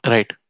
Right